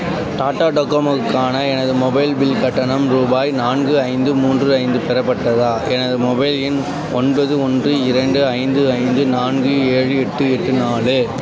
டாடா டோகோமோவுக்கான எனது mobile bill கட்டணம் ரூபாய் நான்கு ஐந்து மூன்று ஐந்து பெறப்பட்டதா எனது மொபைல் எண் ஒன்பது ஒன்று இரண்டு ஐந்து ஐந்து நான்கு ஏழு எட்டு எட்டு நாலு